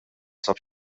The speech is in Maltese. sab